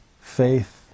Faith